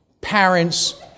parents